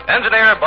Engineer